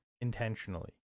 intentionally